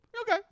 Okay